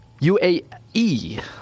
UAE